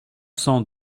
cent